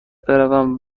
بروم